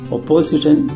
Opposition